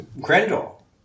Grendel